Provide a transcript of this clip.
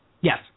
yes